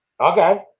Okay